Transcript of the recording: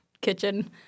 kitchen